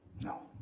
No